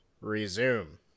resume